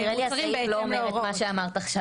נראה לי שהסעיף לא אומר את מה שאמרת עכשיו.